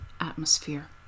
Atmosphere